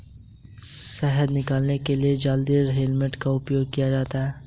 शहद निकालने के लिए जालीदार हेलमेट का उपयोग किया जाता है